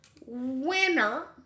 winner